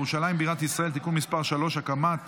ירושלים בירת ישראל (תיקון מס' 3) (הקמת